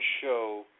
show